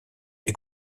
est